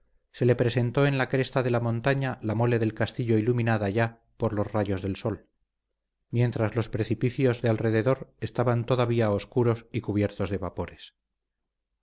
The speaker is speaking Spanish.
se le presentó en la cresta de la montaña la mole del castillo iluminada ya por los rayos del sol mientras los precipicios de alrededor estaban todavía oscuros y cubiertos de vapores